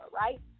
right